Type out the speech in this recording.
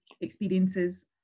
experiences